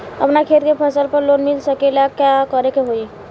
अपना खेत के फसल पर लोन मिल सकीएला का करे के होई?